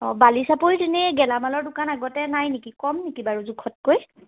অঁ বালি চাপৰিত এনে গেলামালৰ দোকান আগতে নাই নেকি কম নেকি বাৰু জোখতকৈ